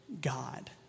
God